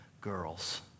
girls